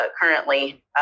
currently